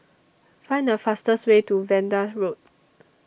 Find The fastest Way to Vanda Road